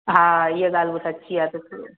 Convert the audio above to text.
हा हिय ॻाल्हि बि सची आहे ॾिस